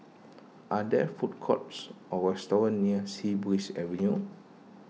are there food courts or restaurants near Sea Breeze Avenue